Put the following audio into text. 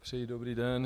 Přeji dobrý den.